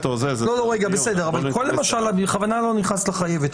אני בכוונה לא נכנס לחייבת.